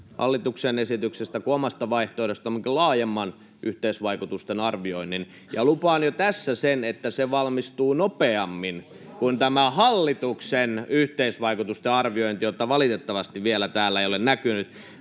hallituksen esityksestä kuin omasta vaihtoehdostamme laajemman yhteisvaikutusten arvioinnin. Lupaan jo tässä sen, että se valmistuu nopeammin [Timo Heinonen: Voitteko julkistaa nämä?] kuin tämä hallituksen yhteisvaikutusten arviointi, jota valitettavasti vielä täällä ei ole näkynyt.